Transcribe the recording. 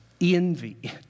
envy